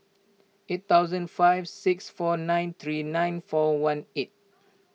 eight thousand five six four nine three nine four one eight